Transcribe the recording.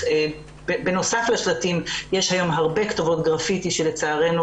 בנוסף לשלטים יש היום הרבה כתובות גרפיטי שלצערנו,